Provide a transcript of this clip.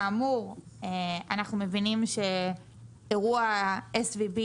כאמור, אנחנו מבינים שאירוע SVB